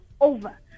over